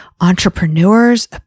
entrepreneurs